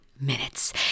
Minutes